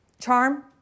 Charm